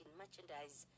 merchandise